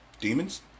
Demons